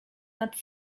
nad